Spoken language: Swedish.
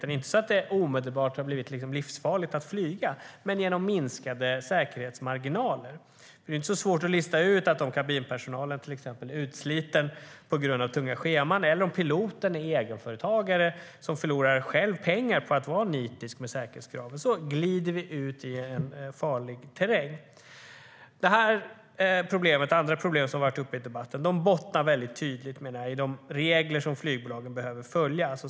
Det är inte så att det omedelbart har blivit livsfarligt att flyga, men säkerhetsmarginalerna minskar. Det är inte svårt att räkna ut att om kabinpersonalen till exempel är utsliten på grund av tunga scheman, eller om piloten är egenföretagare och förlorar pengar på att vara nitisk vad gäller säkerhetskraven, glider vi ut i farlig terräng. Det här problemet, liksom andra problem som varit uppe i debatten, bottnar i de regler som flygbolagen behöver följa.